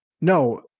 no